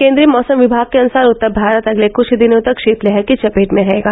केन्द्रीय मौसम विभाग के अनुसार उत्तर भारत अगले कुछ दिनों तक शीत लहर की चपेट में रहेगा